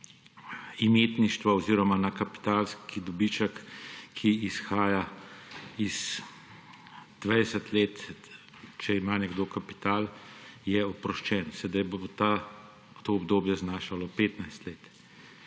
imetništva oziroma na kapitalski dobiček, ki izhaja iz 20 let. Če ima nekdo kapital, je oproščen, sedaj bo to obdobje znašalo 15 let.